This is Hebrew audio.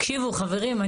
תקשיבו חברים,